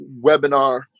webinar